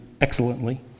excellently